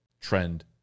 trend